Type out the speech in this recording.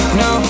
no